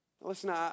Listen